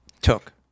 took